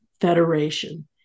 Federation